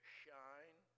shine